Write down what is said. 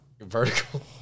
Vertical